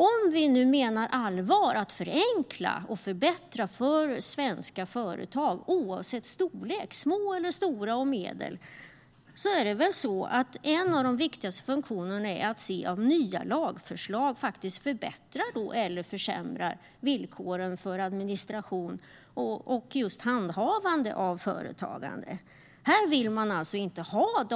Om vi nu menar allvar med att förenkla och förbättra för svenska företag, oavsett om de är små, stora eller medelstora, är en av de viktigaste funktionerna att se om nya lagförslag förbättrar eller försämrar villkoren för administration och handhavande av företagande. Här vill man, helt uppenbart, inte